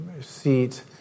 seat